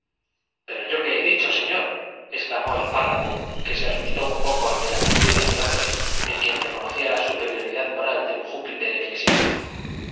pero yo qué he dicho señor exclamó el párroco que se asustó un poco ante la actitud de aquel hombre en quien reconocía la superioridad moral de un júpiter eclesiástico